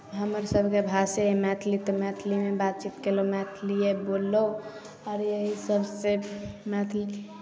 हमर सभके भाषे अइ मैथिली तऽ मैथिलीमे बातचीत कयलहुँ मैथिलिए बोललहुँ आओर यही सभसँ मैथिली